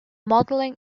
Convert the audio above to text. modeling